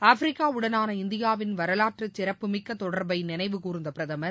Africa உடனான இந்தியாவின் வரலாற்று சிறப்பு மிக்க தொடர்பை நினைவு கூர்ந்த பிரதமர்